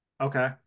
Okay